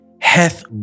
hath